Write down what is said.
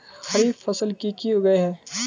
खरीफ फसल की की उगैहे?